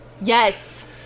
Yes